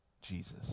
Jesus